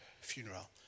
funeral